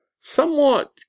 somewhat